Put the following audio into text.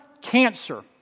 Cancer